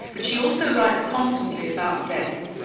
but she also writes constantly about death.